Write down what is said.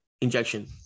injection